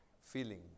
feeling